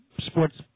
sports